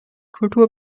kultur